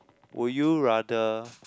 would you rather